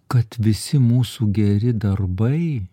kad visi mūsų geri darbai